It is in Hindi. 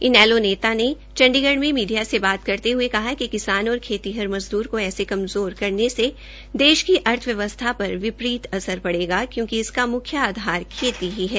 इनेलो नेता ने चंडीगढ़ मे मीडिया से बात करते हये कहा कि किसान और खेतीहार मज़दर को ऐसे कमज़ोर करने मे देश की अर्थव्यवसथा पर विपरीत असर पड़ेगा क्योंकि इसका मुख्य आधार खेती ही है